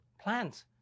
plants